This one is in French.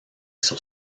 sur